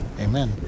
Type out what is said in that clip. amen